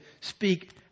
speak